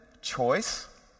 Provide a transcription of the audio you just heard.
choice